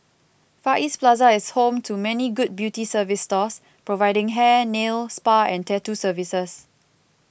Far East Plaza is home to many good beauty service stores providing hair nail spa and tattoo services